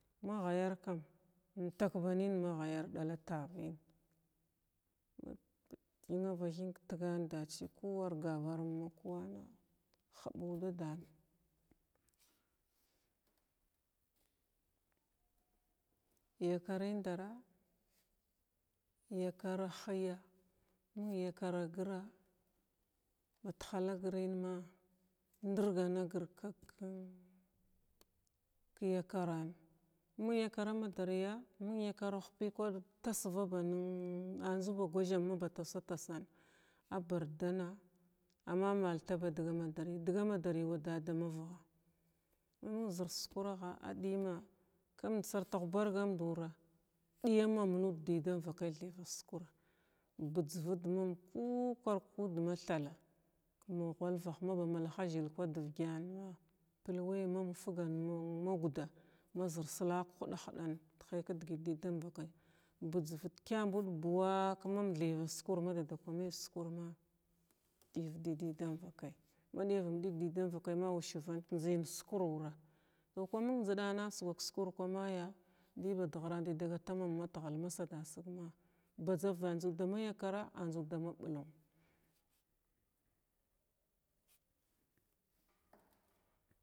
Ma ghayar kam umtak banən ɗala tavən thina va thing tagan dachi kuwar gavaru makuwa hɓuu dadan yakarəndara, yakara hiya məng yakara gra, bad halla grən ma ndirgan nagir kim kin kiyakaran məng yakara madariya məng yakara hupi kwan tasvaba nan aju ba gwazama ba tasatasan a bardana amma mal taba daga madari daga madari wa dada marha məng sir sukuraha a ɗiyəma kumd satha ghubargam da wura ɗiya mam nuda dir dama vakay thayva sukwra ba̱tsvit mam ku kwar kud mathala kum ghulvah ma ba laha udd mathala zəl bad vagyar ma pəlwa man fəgan ma guda kn dəgət dədam vakay bəjzvək kyabud buuwa ka man thayva sukur madada kwa may sukur ma ɗivday dam vakay ma diyam vum ɗayga dədama vakay ma wisvanta njzən sukur wura kwa məng njzɗana suga ka sukura kumaya dəbad ghiran dəyda gata mam matghala masadasigma bajzav ajizu dama yakara, dama ɓulngwa.